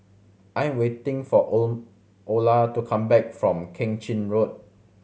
I am waiting for O Olar to come back from Keng Chin Road